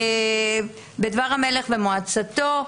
בדבר המלך ומועצתו,